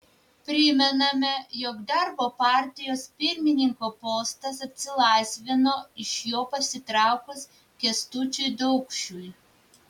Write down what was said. primename jog darbo partijos pirmininko postas atsilaisvino iš jo pasitraukus kęstučiui daukšiui